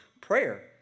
prayer